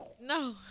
No